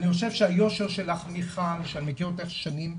אני חושב שהיושר שלך, מיכל, שאני מכירה אותך שנים,